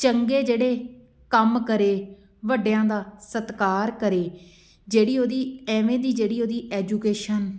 ਚੰਗੇ ਜਿਹੜੇ ਕੰਮ ਕਰੇ ਵੱਡਿਆਂ ਦਾ ਸਤਿਕਾਰ ਕਰੇ ਜਿਹੜੀ ਉਹਦੀ ਐਵੇਂ ਦੀ ਜਿਹੜੀ ਉਹਦੀ ਐਜੂਕੇਸ਼ਨ